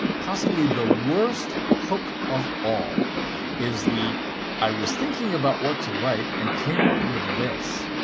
possibly the worst hook of all is the i was thinking about what to write and came up with this.